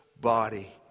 body